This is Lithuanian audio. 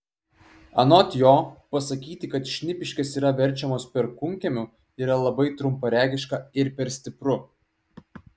anot jo pasakyti kad šnipiškės yra verčiamos perkūnkiemiu yra labai trumparegiška ir per stipru